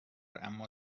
اما